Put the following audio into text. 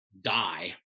die